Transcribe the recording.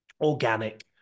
Organic